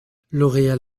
lauréat